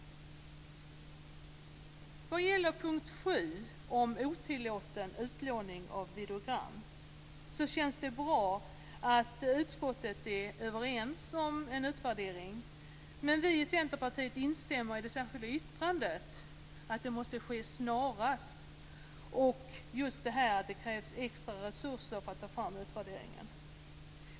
Vad gäller mom. 7 om otillåten utlåning av videogram känns det bra att utskottet är överens om en utvärdering, men vi i Centerpartiet instämmer i det särskilda yttrandet att det måste ske snarast och att det just krävs extra resurser för att ta fram utvärderingen.